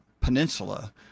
peninsula